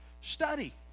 Study